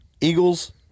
Eagles